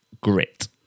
grit